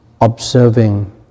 observing